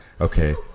Okay